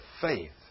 faith